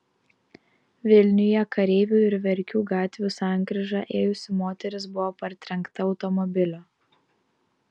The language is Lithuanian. vilniuje kareivių ir verkių gatvių sankryža ėjusi moteris buvo partrenkta automobilio